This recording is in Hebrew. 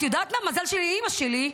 את יודעת מה, מזל שלאימא שלי,